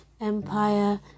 Empire